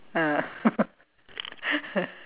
ah